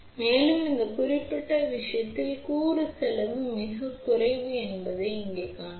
மேலும் இந்த குறிப்பிட்ட விஷயத்தில் கூறு செலவு மிகக் குறைவு என்பதை இங்கே காணலாம்